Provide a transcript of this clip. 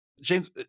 James